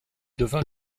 devint